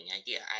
idea